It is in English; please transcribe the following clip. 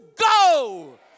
go